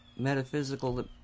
Metaphysical